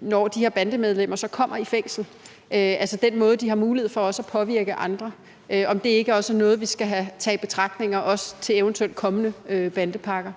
når de her bandemedlemmer så kommer i fængsel, altså i forhold til den måde, de har mulighed for at påvirke andre, og om det ikke også er noget, vi skal tage i betragtning, også i forbindelse med eventuelt kommende bandepakker.